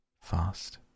fast